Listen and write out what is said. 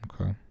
okay